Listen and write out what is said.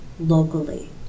locally